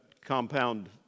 compound